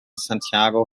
santiago